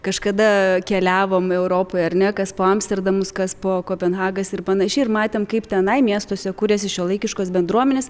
kažkada keliavom europoje ar ne kas po amsterdamus kas po kopenhagas ir panašiai ir matėm kaip tenai miestuose kuriasi šiuolaikiškos bendruomenės